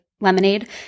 lemonade